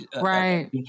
Right